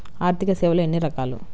ఆర్థిక సేవలు ఎన్ని రకాలు?